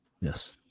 yes